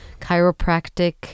chiropractic